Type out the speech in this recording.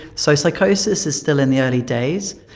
so psychosis is still in the early days.